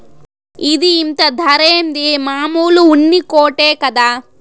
ఇది ఇంత ధరేంది, మామూలు ఉన్ని కోటే కదా